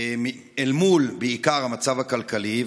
בעיקר אל מול המצב הכלכלי.